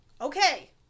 Okay